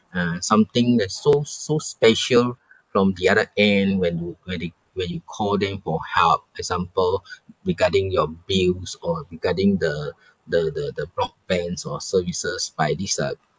uh something that's so so special from the other end when you when they when you call them for help example regarding your bills or regarding the the the the broadbands or services by this uh